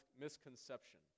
misconception